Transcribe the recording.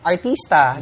artista